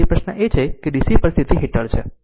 તેથી પ્રશ્ન એ છે કે DC પરિસ્થિતિ હેઠળ છે